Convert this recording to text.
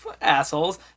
assholes